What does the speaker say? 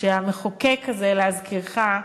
והמחוקק הזה, להזכירך,